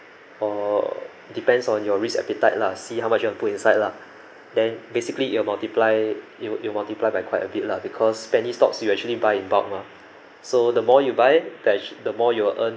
or depends on your risk appetite lah see how much you want put inside lah then basically it'll multiply it will it'll multiply by quite a bit lah because penny stocks you actually buy in bulk mah so the more you buy that ac~ the more you'll earn